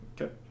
Okay